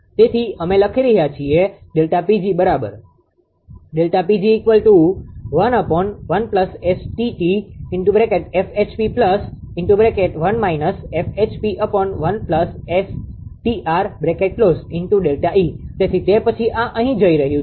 તેથી અમે લખી રહ્યા છીએ ΔPg બરાબર તેથી તે પછી આ અહીં જઇ રહ્યું છે